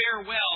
Farewell